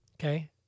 Okay